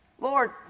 Lord